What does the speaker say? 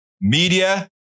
Media